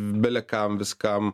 belekam viskam